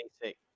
basic